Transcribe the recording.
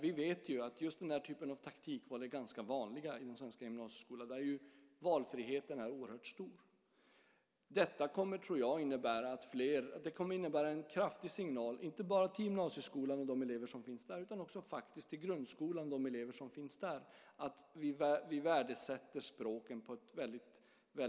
Vi vet att den typen av taktikval är ganska vanliga i den svenska gymnasieskolan där valfriheten är oerhört stor. Detta tror jag kommer att innebära en kraftig signal, inte bara till gymnasieskolan och de elever som finns där utan också till grundskolan och de elever som finns där att vi värdesätter språken högt.